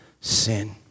sin